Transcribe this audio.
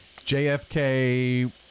JFK